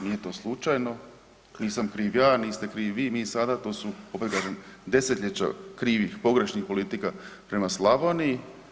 Nije to slučajno, nisam kriv ja, niste krivi vi, mi sada, to su, opet kažem, desetljeća krivih, pogrešnih politika prema Slavoniji.